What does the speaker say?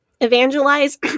evangelize